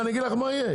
אני אגיד לך מה יהיה.